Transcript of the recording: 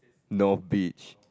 north beach